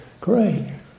great